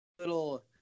little